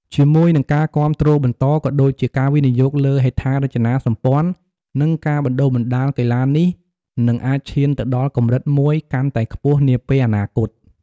ជាមួយនឹងការគាំទ្របន្ត ក៏ដូចជាការវិនិយោគលើហេដ្ឋារចនាសម្ព័ន្ធ និងការបណ្តុះបណ្តាល កីឡានេះនឹងអាចឈានទៅដល់កម្រិតមួយកាន់តែខ្ពស់នាពេលអនាគត។